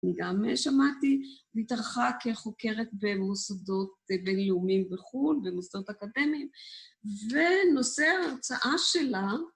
אני גם שמעתי, והיא התארחה כחוקרת במוסדות בין-לאומיים בחו"ל, במוסדות אקדמיים ונושא ההרצאה שלה...